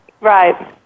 Right